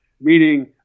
Meaning